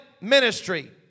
ministry